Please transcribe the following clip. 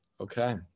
Okay